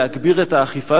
להגביר את האכיפה,